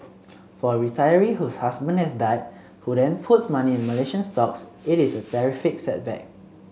for a retiree whose husband has died who then puts money in Malaysian stocks it is a terrific setback